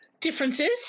differences